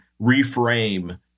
reframe